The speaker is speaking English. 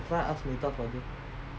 try ask matar father